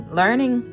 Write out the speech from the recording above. learning